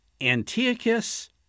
Antiochus